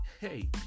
hey